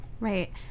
Right